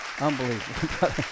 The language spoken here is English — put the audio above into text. Unbelievable